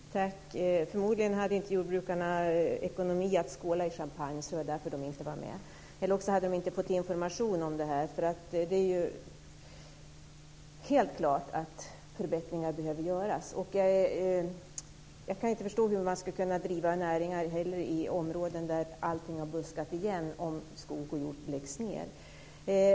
Herr talman! Förmodligen hade jordbrukarna inte ekonomi att skåla i champagne. Det var nog därför som de inte var med, eller också hade de inte fått information om det här. Det är nämligen helt klart att förbättringar behöver göras. Jag kan inte förstå hur man ska kunna driva näringar i områden där allt buskar igen om skogs och jordbruk läggs ned.